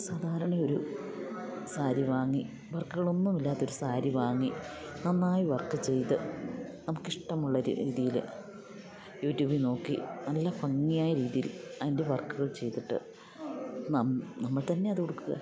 സാധാരണയൊരു സാരി വാങ്ങി വർക്കുകളൊന്നുമില്ലാത്തൊരു സാരി വാങ്ങി നന്നായി വർക്ക് ചെയ്ത് നമുക്കിഷ്ടമുള്ളൊരു രീതിയില് യൂട്യൂബിൽ നോക്കി നല്ല ഭംഗിയായ രീതിയിൽ അതിൻ്റെ വർക്കുകൾ ചെയ്തിട്ട് നമ്മൾ തന്നെ അത് ഉടുക്കുക